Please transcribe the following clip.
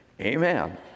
Amen